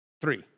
Three